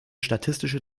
statistische